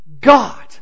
God